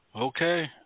Okay